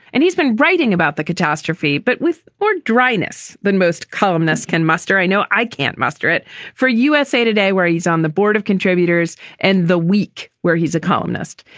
and he's been writing about the catastrophe. but with or dryness than most columnists can muster. i know i can't muster it for usa today, where he's on the board of contributors and the week where he's a columnist.